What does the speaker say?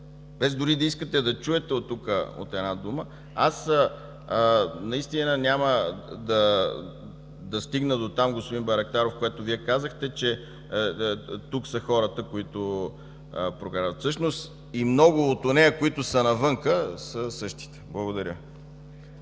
без дори да искате да чуете една дума... Аз наистина няма да стигна до там, господин Байрактаров, понеже казахте, че тук са хората, които прокарват. Всъщност и много от онези, които са навън, са същите. ГЕОРГИ